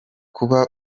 kuba